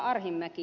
arhinmäki